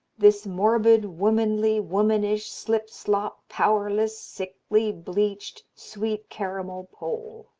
this morbid, womanly, womanish, slip-slop, powerless, sickly, bleached, sweet-caramel pole!